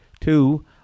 Two